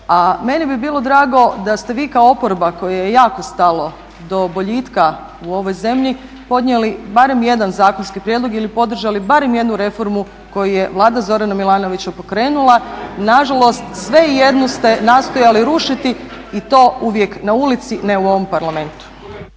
meni bi bilo drago da ste vi kao oporba kojoj je jako stalo do boljitka u ovoj zemlji podnijeli barem jedan zakonski prijedlog ili podržali barem jednu reformu koju je Vlada Zorana Milanovića pokrenula. Nažalost, sve ijednu ste nastojali rušiti i to uvijek na ulici, ne u ovom Parlamentu.